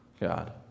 God